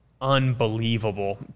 unbelievable